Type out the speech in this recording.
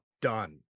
done